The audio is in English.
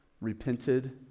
repented